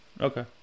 Okay